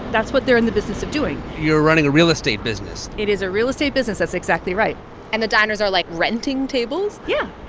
that's what they're in the business of doing you're running a real estate business it is a real estate business. that's exactly right and the diners are, like, renting tables? yeah.